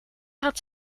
gaat